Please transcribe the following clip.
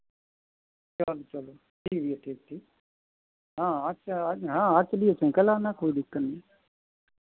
चलो चलाे ठीक है ठीक ठीक हाँ आज क्या आज हाँ आज चलिए चाहे कल आना कोई दिक्कत नहीं है